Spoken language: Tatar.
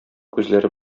күзләре